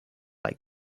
like